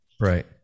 Right